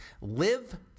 live